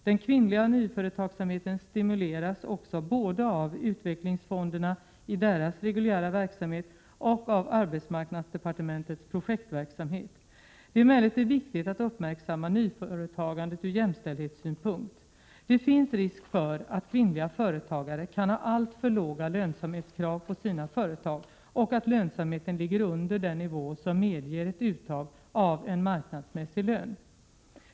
Den kvinnliga nyföretagsamheten stimuleras också både av utvecklingsfonderna i deras reguljära verksamhet och av arbetsmarknadsdepartementets projektverksamhet. Det är emellertid viktigt att uppmärksamma nyföretagandet ur jämställdhetssynpunkt. Det finns risk för att kvinnliga företagare kan ha alltför låga lönsamhetskrav på sina företag och att lönsamheten ligger under den nivå som medger ett uttag av en marknadsmässig lön.